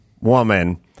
woman